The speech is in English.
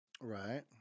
Right